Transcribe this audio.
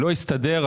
לא הסתדר.